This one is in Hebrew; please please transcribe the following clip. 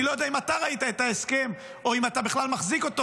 אני לא יודע אם אתה ראית את ההסכם או אם אתה בכלל מחזיק אותו,